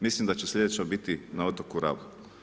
Mislim da će slijedeća biti na otoku Rabu.